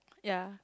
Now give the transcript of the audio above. ya